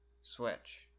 switch